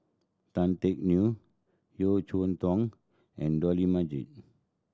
Tan Teck Neo Yeo Cheow Tong and Dollah Majid